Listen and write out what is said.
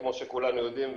כמו שכולנו יודעים,